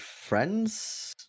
friends